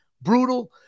brutal